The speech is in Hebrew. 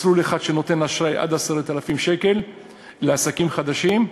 מסלול אחד שנותן אשראי עד 10,000 שקל לעסקים חדשים,